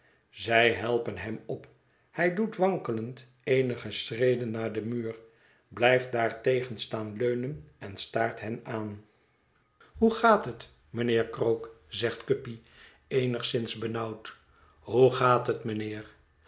zij helpen hem op hij doet wankelend eenige schreden naar den muur blijft daartegen staan leunen en staart hen aan hoe gaat het mijnheer krook zegt guppy eenigszins benauwd hoe gaat het mijnheer